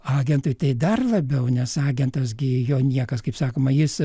agentui tai dar labiau nes agentas gi jo niekas kaip sakoma jis